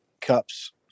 cups